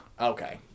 Okay